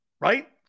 Right